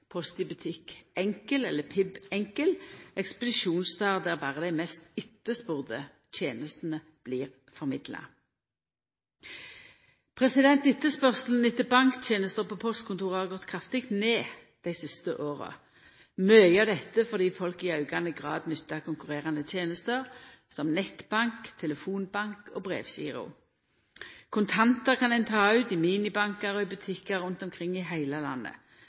Post i Butikk. Posten får oppretta såkalla PiB Enkel, ekspedisjonsstader der berre dei mest etterspurde tenestene blir formidla. Etterspurnaden etter banktenester på postkontora har gått kraftig ned dei siste åra. Mykje av dette skjer fordi folk i aukande grad nyttar konkurrerande tenester som nettbank, telefonbank og brevgiro. Kontantar kan ein ta ut i minibankar og i butikkar rundt omkring i heile landet.